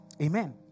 Amen